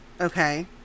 Okay